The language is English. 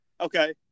Okay